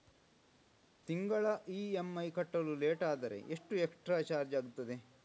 ತಿಂಗಳ ಇ.ಎಂ.ಐ ಕಟ್ಟಲು ಲೇಟಾದರೆ ಎಷ್ಟು ಎಕ್ಸ್ಟ್ರಾ ಚಾರ್ಜ್ ಆಗುತ್ತದೆ?